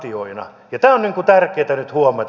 ja tämä on tärkeätä nyt huomata